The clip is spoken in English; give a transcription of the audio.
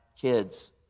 kids